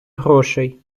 грошей